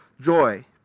joy